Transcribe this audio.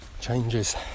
changes